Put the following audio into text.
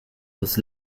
was